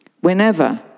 Whenever